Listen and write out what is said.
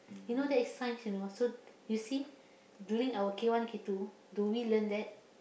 you know there is science you know so you see during our K one K two do we learn that